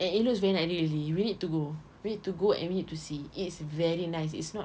and it looks very nice really really we need to go we need to go we need to see it's very nice it's not